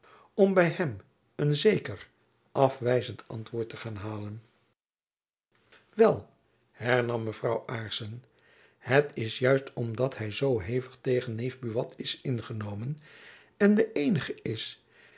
om by hem een zeker afwijzend antwoord te gaan halen wel hernam mevrouw aarssen het is juist omdat hy zoo hevig tegen neef buat is ingenomen en de eenige is